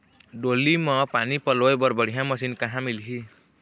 डोली म पानी पलोए बर बढ़िया मशीन कहां मिलही?